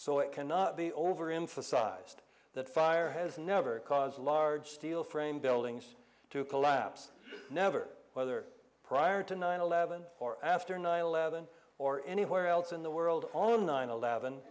so it cannot be over in for sized that fire has never caused large steel framed buildings to collapse never whether prior to nine eleven or after nine eleven or anywhere else in the world on nine eleven